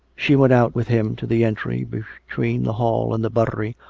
she went out with him to the entry between the hall and the buttery,